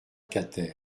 quater